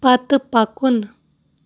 پتہٕ پکُن